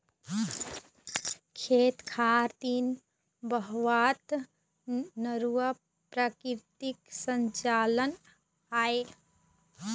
खेत खार तीर बहावत नरूवा प्राकृतिक संरचना आय